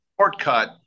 shortcut